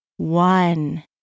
One